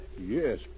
Yes